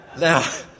Now